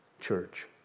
church